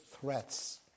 threats